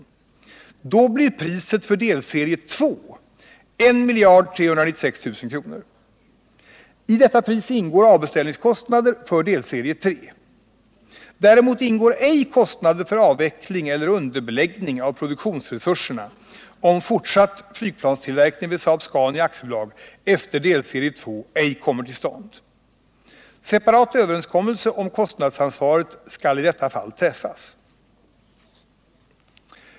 Då blir priset för delserie 21 396 milj.kr. I detta pris ingår avbeställningskostnader för delserie 3. Däremot ingår ej kostnader för avveckling eller underbeläggning av produktionsresurserna, om fortsatt flygplanstillverkning vid Saab Scania AB efter delserie 2 ej kommer till stånd. Separat överenskommelse om kostnadsansvaret skall i detta fall träffas.